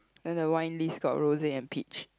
then the wine list got rose and peach